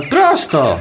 Prosto